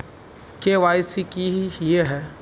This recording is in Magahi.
के.वाई.सी की हिये है?